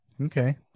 Okay